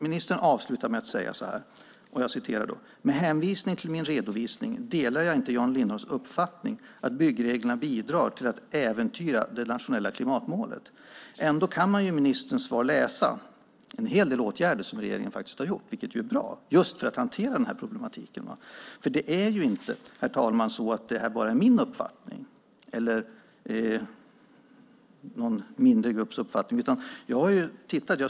Ministern avslutar med att säga: "Med hänvisning till min redovisning delar jag inte Jan Lindholms uppfattning att byggreglerna bidrar till att äventyra det nationella klimatmålet." Ändå kan man i ministerns svar läsa om en hel del åtgärder som regeringen har gjort, vilket är bra, just för att hantera denna problematik. Det är inte, herr talman, så att detta bara är min eller någon mindre grupps uppfattning.